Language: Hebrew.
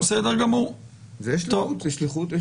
זאת שליחות.